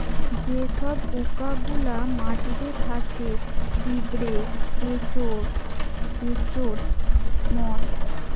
যে সব পোকা গুলা মাটিতে থাকে পিঁপড়ে, কেঁচোর মত